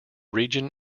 region